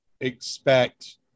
expect